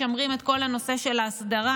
משמרים את כל הנושא של ההסדרה,